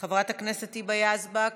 חברת הכנסת היבה יזבק,